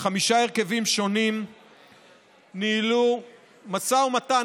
בחמישה הרכבים שונים ניהלו משא ומתן